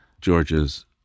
Georgia's